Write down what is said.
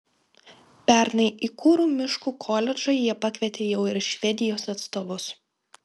pernai į kuru miškų koledžą jie pakvietė jau ir švedijos atstovus